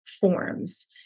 forms